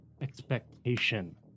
expectation